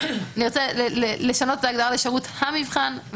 נרצה לשנות את ההגדרה ל"שירות המבחן".